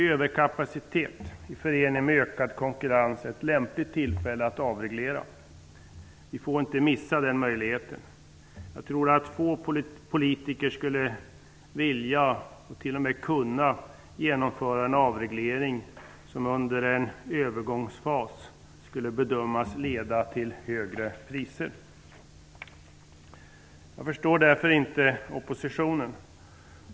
Överkapacitet i förening med ökad konkurrens är ett lämpligt tillfälle att avreglera. Vi får inte missa den möjligheten. Jag tror att få politiker skulle vilja, eller ens kunna, genomföra en avreglering som under en övergångsfas skulle bedömas leda till högre priser. Jag förstår därför inte oppositionen.